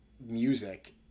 music